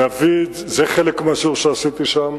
זה חלק מהשיעור שעשיתי שם.